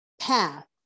path